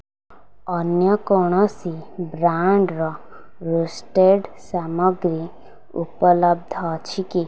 ଅନ୍ୟ କୌଣସି ବ୍ରାଣ୍ଡ୍ର ରୋଷ୍ଟେଡ୍ ସାମଗ୍ରୀ ଉପଲବ୍ଧ ଅଛି କି